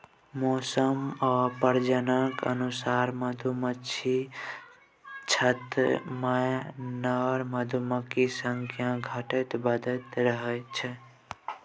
मौसम आ प्रजननक अनुसार मधुमाछीक छत्तामे नर मधुमाछीक संख्या घटैत बढ़ैत रहै छै